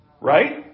right